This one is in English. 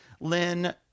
Lynn